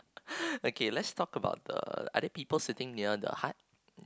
okay let's talk about the are there people sitting near the heart